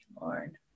Lord